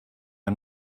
i’m